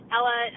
Ella